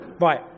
Right